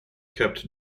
kept